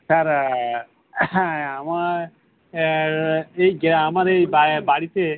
sir হ্যাঁ আমার এই গ্যা আমার এই বা বাড়িতে